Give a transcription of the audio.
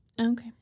Okay